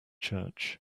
church